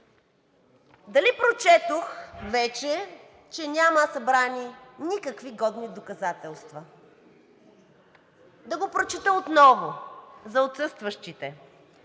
Дали прочетох вече, че няма събрани никакви годни доказателства? Да го прочета отново за отсъстващите: